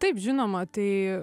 taip žinoma tai